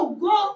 go